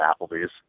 Applebee's